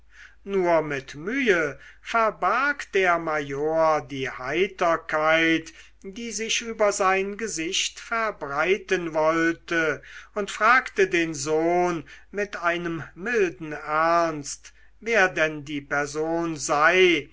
nur mit mühe verbarg der major die heiterkeit die sich über sein gesicht verbreiten wollte und fragte den sohn mit einem milden ernst wer denn die person sei